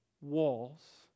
walls